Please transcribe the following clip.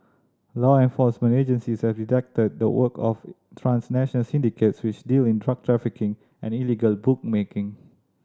law enforcement agencies have detected the work of syndicates which deal in drug trafficking and illegal bookmaking